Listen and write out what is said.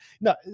no